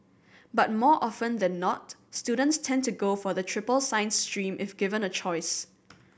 but more often than not students tend to go for the triple science stream if given a choice